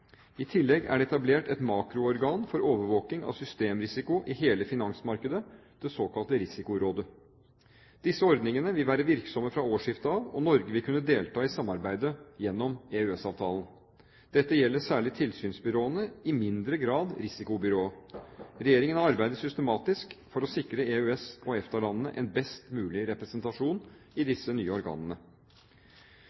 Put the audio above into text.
I tillegg er det etablert et makroorgan for overvåking av systemrisiko i hele finansmarkedet, det såkalte Risikorådet. Disse ordningene vil være virksomme fra årsskiftet av, og Norge vil kunne delta i samarbeidet gjennom EØS-avtalen. Dette gjelder særlig tilsynsbyråene, i mindre grad Risikorådet. Regjeringen har arbeidet systematisk for å sikre EØS/EFTA-landene en best mulig representasjon i